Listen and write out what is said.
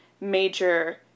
major